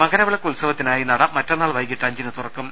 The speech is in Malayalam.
മകരവിളക്ക് ഉത്സവത്തിനായി നട മറ്റന്നാൾ വൈകിട്ട് അഞ്ചിന് തുറക്കും